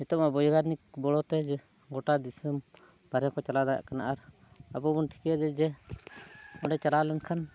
ᱱᱤᱛᱚᱜ ᱢᱟ ᱵᱳᱭᱜᱟᱱᱤᱠ ᱜᱚᱲᱚ ᱛᱮ ᱜᱳᱴᱟ ᱫᱤᱥᱚᱢ ᱵᱟᱦᱨᱮ ᱵᱚᱱ ᱪᱟᱞᱟᱣ ᱫᱟᱲᱮᱭᱟᱜ ᱠᱟᱱᱟ ᱟᱨ ᱟᱵᱚ ᱵᱚᱱ ᱴᱷᱤᱠᱟᱹᱭᱟ ᱡᱮ ᱚᱸᱰᱮ ᱪᱟᱞᱟᱣ ᱞᱮᱱᱠᱷᱟᱱ